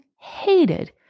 hated